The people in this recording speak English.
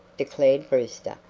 declared brewster,